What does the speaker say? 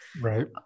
right